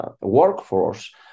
workforce